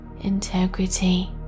integrity